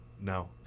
No